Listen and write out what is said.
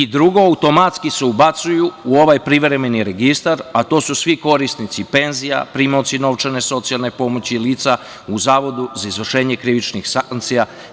Drugo, automatski se ubacuju u ovaj privremeni registar, a to su svi korisnici penzija, primaoci novčane socijalne pomoći, lica u Zavodu za izvršenje krivičnih sankcija.